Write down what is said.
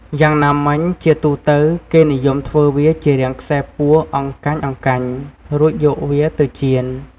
យ៉ាងណាមិញ ជាទូទៅ គេនិយមធ្វើវាជារាងខ្សែពួរអង្កាញ់ៗ រួចយកវាទៅចៀន។